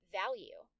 value